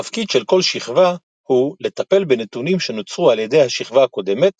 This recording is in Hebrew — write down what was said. התפקיד של כל שכבה הוא לטפל בנתונים שנוצרו על ידי השכבה הקודמת,